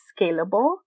scalable